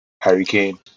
Hurricane